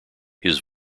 his